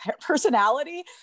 personality